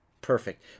Perfect